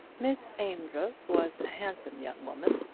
miss amedroz was a handsome young woman,